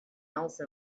else